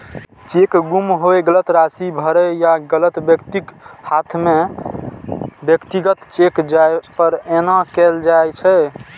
cheque गुम होय, गलत राशि भरै या गलत व्यक्तिक हाथे मे व्यक्तिगत चेक जाय पर एना कैल जाइ छै